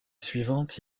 suivante